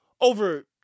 over